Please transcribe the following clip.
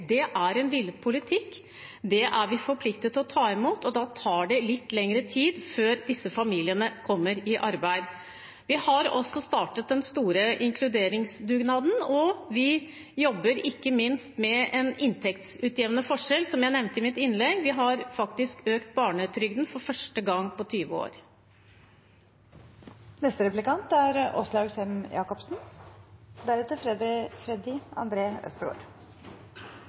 Det er en villet politikk. Dem er vi forpliktet til å ta imot, og da tar det litt lengre tid før disse familiene kommer i arbeid. Vi har også startet den store inkluderingsdugnaden, og vi jobber ikke minst med inntektsutjevnende tiltak, som jeg nevnte i mitt innlegg. Vi har faktisk økt barnetrygden for første gang på 20 år. Komitélederen, jeg og resten av komiteen har det siste året fått kjenne på at det er